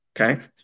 Okay